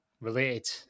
related